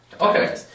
Okay